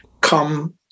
come